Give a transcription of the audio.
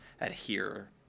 adhere